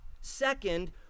Second